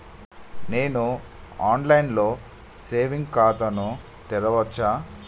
నేను online లో saving ఖాతా ను తెరవచ్చా?